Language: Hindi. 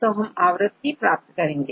तो हम आवृत्तिप्राप्त करेंगे